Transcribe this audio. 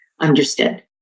understood